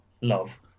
love